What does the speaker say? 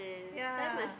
ya